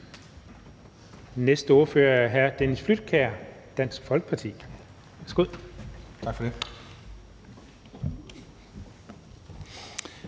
næste ordfører er hr. Dennis Flydtkjær, Dansk Folkeparti.